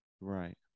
right